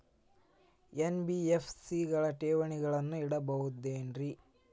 NBFC ಗಳಲ್ಲಿ ಠೇವಣಿಗಳನ್ನು ಇಡಬಹುದೇನ್ರಿ?